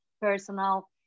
personal